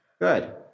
Good